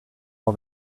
all